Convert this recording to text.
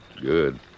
Good